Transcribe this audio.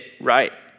right